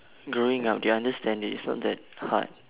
growing up they understand it's not that hard